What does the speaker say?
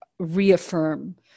reaffirm